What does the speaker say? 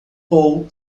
paul